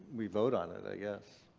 we vote on it, i guess?